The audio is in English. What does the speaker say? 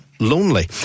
lonely